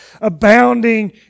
abounding